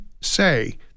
say